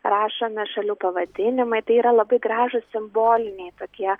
rašomi šalių pavadinimai tai yra labai gražūs simboliniai tokie